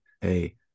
hey